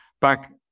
Back